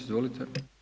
Izvolite.